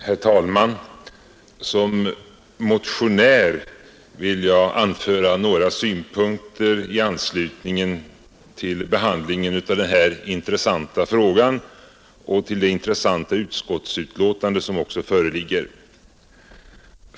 Herr talman! Som motionär vill jag anföra några synpunkter i anslutning till behandlingen av denna fråga och till det intressanta utskottsbetänkande som föreligger.